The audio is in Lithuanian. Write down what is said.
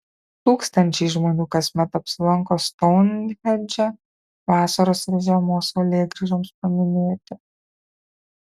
tūkstančiai žmonių kasmet apsilanko stounhendže vasaros ir žiemos saulėgrįžoms paminėti